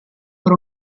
per